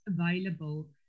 available